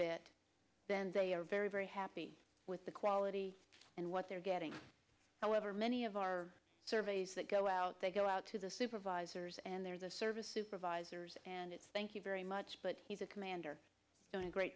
bit then they are very very happy with the quality and what they're getting however many of our surveys that go out they go out to the supervisors and they're the service supervisors and it's thank you very much but he's the commander doing a great